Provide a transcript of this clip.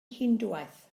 hindŵaeth